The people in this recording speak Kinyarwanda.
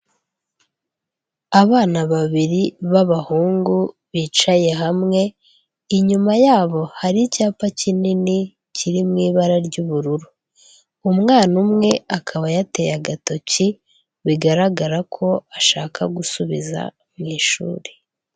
Abana babiri b'abahungu bicaye hamwe, inyuma yabo hari icyapa kinini kiri mu ibara ry'ubururu, umwana umwe akaba yateye agatoki bigaragara ko ashaka gusubiza mu ishuri.